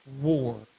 war